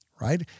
right